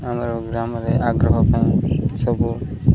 ଆମର ଗ୍ରାମରେ ଆଗ୍ରହ ପାଇଁ ସବୁ